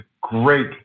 great